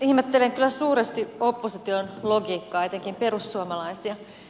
ihmettelen kyllä suuresti opposition logiikkaa etenkin perussuomalaisia